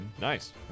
Nice